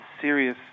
serious